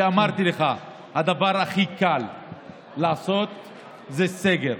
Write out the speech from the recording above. כי אמרתי לך, הדבר הכי קל לעשות זה סגר.